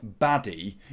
baddie